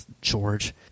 George